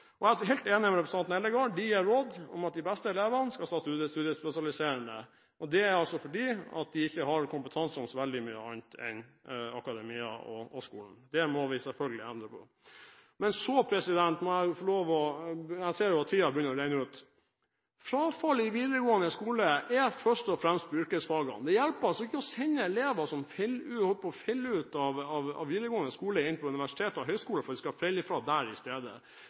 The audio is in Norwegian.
Jeg er helt enig med representanten Eldegard i at de gir råd til de beste elevene om at de skal ta studiespesialiserende. Det er fordi de ikke har kompetanse om så veldig mye annet enn akademia og skolen. Det må vi selvfølgelig endre på. Men så må jeg få lov til å si – jeg ser at tiden begynner å renne ut – at frafallet i videregående skole først og fremst er på yrkesfagene. Det hjelper ikke å sende elever som holder på å falle ut av videregående skole, inn på universiteter og høyskoler for at de skal falle fra der i stedet.